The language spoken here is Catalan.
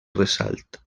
ressalt